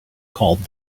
called